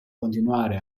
continuare